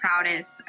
proudest